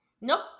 Nope